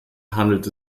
handelt